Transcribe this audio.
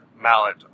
mallet